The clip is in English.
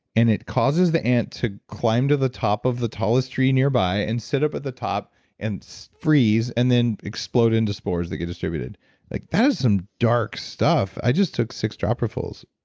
and it causes the ant to climb to the top of the tallest tree nearby and sit up at the top and freeze and then explode into spores that get distributed. like that is some dark stuff, i just took six dropper fulls.